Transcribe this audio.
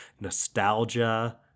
Nostalgia